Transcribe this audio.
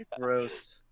Gross